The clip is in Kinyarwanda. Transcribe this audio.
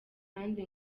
kandi